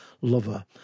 lover